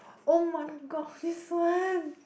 [oh]-my-god this one